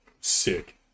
Sick